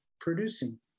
producing